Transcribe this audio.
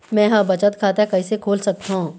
मै ह बचत खाता कइसे खोल सकथों?